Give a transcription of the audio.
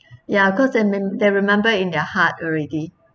ya cause they rem~ they remember in their heart already